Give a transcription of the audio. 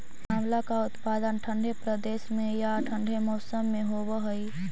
आंवला का उत्पादन ठंडे प्रदेश में या ठंडे मौसम में होव हई